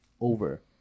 over